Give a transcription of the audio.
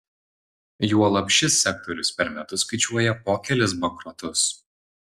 juolab šis sektorius per metus skaičiuoja po kelis bankrotus